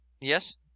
Yes